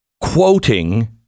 quoting